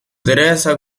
teresa